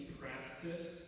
practice